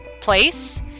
place